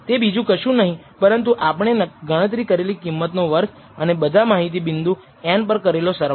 તે બીજું કશું નહીં પરંતુ આપણે ગણતરી કરેલી કિંમતનો વર્ગ અને બધા માહિતી બિંદુ n પર કરેલો સરવાળો છે